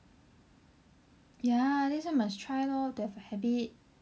ya that's why must try lor to have a habit